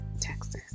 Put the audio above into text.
Texas